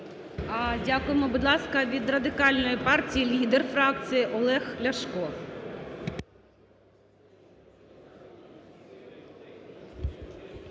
Дякуємо. Будь ласка, від Радикальної партії – лідер фракції Олег Ляшко.